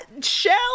shell